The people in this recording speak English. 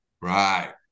Right